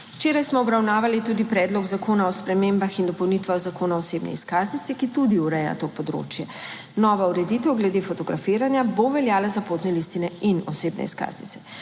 Včeraj smo obravnavali tudi Predlog zakona o spremembah in dopolnitvah Zakona o osebni izkaznici, ki tudi ureja to področje. Nova ureditev glede fotografiranja bo veljala za potne listine in osebne izkaznice.